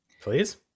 Please